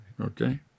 okay